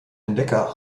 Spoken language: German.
entdecker